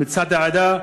מצד העדה.